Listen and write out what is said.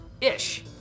Ish